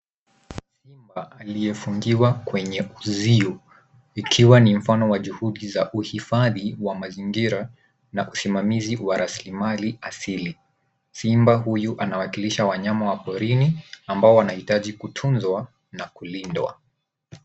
Simba aliyefungiwa kweye uzio ikiwa ni mfano wa juhudi za uhifadhi wa mazingira na usimamizi wa rasilimali asili. Simba huyu anawakilisha wanyama wa porini ambao wanahitaji kutunzwa na kulindwa.